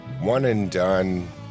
one-and-done